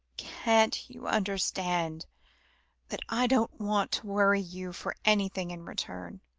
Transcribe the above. can't you understand that i don't want to worry you for anything in return.